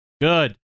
good